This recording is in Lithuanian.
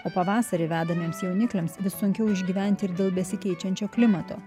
o pavasarį vedamiems jaunikliams vis sunkiau išgyventi ir dėl besikeičiančio klimato